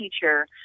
teacher